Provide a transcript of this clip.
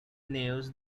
news